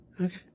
Okay